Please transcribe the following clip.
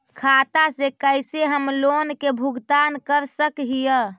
खाता से कैसे हम लोन के भुगतान कर सक हिय?